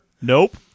Nope